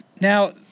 Now